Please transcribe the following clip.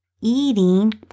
eating